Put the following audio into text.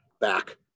back